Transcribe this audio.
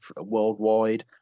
worldwide